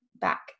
back